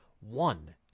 one